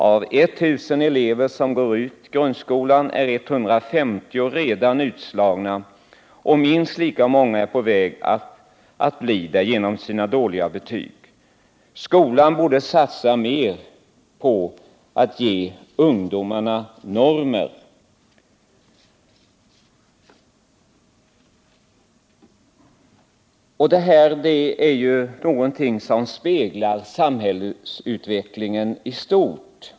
Av 1 000 elever som går ut grundskolan är 150 redan utslagna, och minst lika många är på väg att bli det genom sina dåliga betyg. Skolan borde satsa mer på att ge ungdomarna normer. Detta är någonting som speglar samhällsutvecklingen i stort.